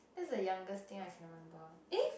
that's the youngest thing I can remember eh